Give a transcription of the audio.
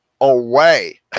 away